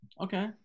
Okay